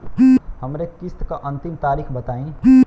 हमरे किस्त क अंतिम तारीख बताईं?